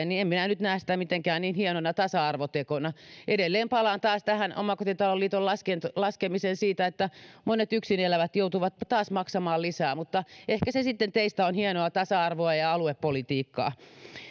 niin en minä nyt näe sitä mitenkään niin hienona tasa arvotekona että kiinteistövero nousee edelleen palaan taas tähän omakotiliiton laskemiseen laskemiseen siitä että monet yksin elävät joutuvat taas maksamaan lisää mutta ehkä se sitten teistä on hienoa tasa arvoa ja aluepolitiikkaa